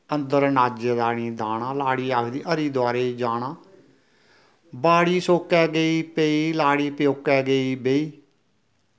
अन्दर नाज्जे दा निं दाना लाड़ी आखदी हरी दोआरे ई जाना बाड़ी सोकै गेई पेई लाड़ी प्यौकै गेई बेही